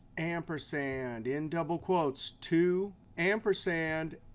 ampersand, in double quotes to, ampersand,